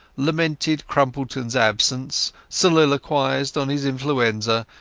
lamented crumpletonas absence, soliloquized on his influenza,